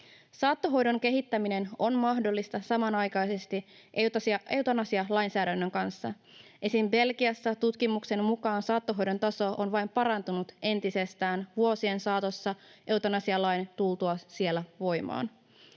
Saattohoidon kehittäminen on mahdollista samanaikaisesti eutanasialainsäädännön kanssa. Esim. Belgiassa tutkimuksen mukaan saattohoidon taso on vain parantunut entisestään vuosien saatossa eutanasialain tultua siellä voimaan.